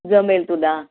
जमेल तुला